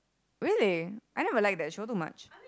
really I never liked that show too much